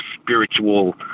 spiritual